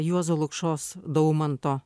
juozo lukšos daumanto